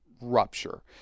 rupture